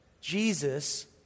Jesus